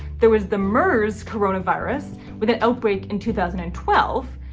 there was the mers corona virus, with an outbreak in two thousand and twelve.